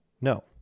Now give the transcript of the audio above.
No